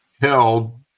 held